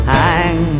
hang